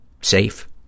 safe